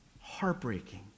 Heartbreaking